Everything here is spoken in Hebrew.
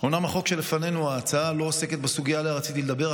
החוק שלפנינו לא עוסקת בסוגיה שעליה רציתי לדבר,